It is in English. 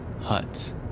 hut